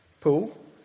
Paul